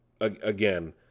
again